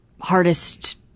hardest